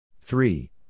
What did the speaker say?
three